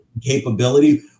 capability